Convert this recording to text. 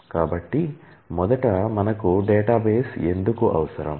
కాబట్టి మొదట మనకు డేటాబేస్ ఎందుకు అవసరం